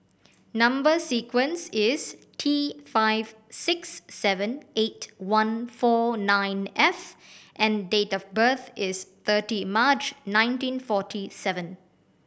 number sequence is T five six seven eight one four nine F and date of birth is thirty March nineteen forty seven